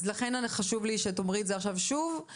אז לכן חשוב לי שתאמרי את זה עכשיו שוב,